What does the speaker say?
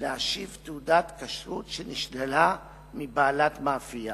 להשיב תעודת כשרות שנשללה מבעלת מאפייה.